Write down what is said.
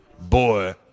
boy